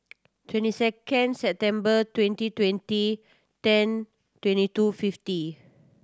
twenty second September twenty twenty ten twenty two fifty